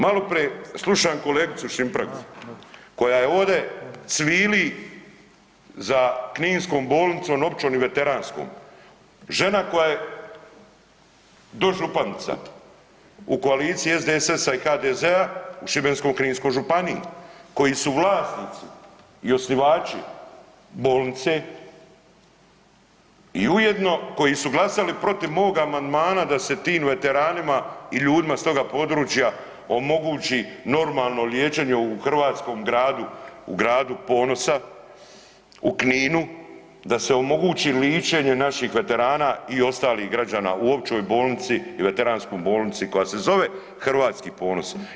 Malopre slušam kolegicu Šimprag koja je ovde cvili za kninskom bolnicom općom i veteranskom, žena koja je dožupanica u koaliciji SDSS-a i HDZ-a u Šibensko-kninskoj županiji koji su vlasnici i osnivači bolnice i ujedno koji su glasali protiv mog amandmana da se tim veteranima i ljudima s toga područja omogući normalno liječenje u hrvatskom gradu, u gradu ponosa u Kninu, da se omogući ličenje naših veterana i ostalih građana u općoj bolnici i veteranskoj bolnici koja se zove Hrvatski ponos.